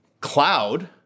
cloud